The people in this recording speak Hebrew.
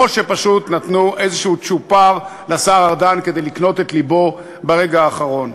או שפשוט נתנו איזה צ'ופר לשר ארדן כדי לקנות את לבו ברגע האחרון.